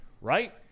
right